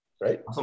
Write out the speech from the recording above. Right